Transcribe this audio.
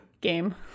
game